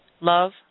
Love